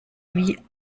wie